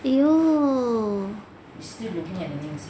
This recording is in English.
!aiyo!